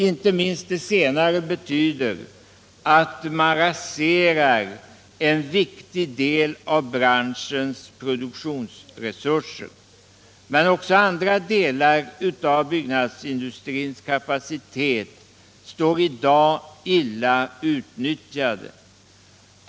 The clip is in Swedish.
Inte minst det senare betyder att man raserar en viktig del av branschens produktionsresurser. Men också andra delar av byggnadsindustrins kapacitet står i dag illa utnyttjade.